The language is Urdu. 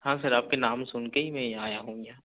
ہاں سر آپ کے نام سن کے ہی میں آیا ہوں یہاں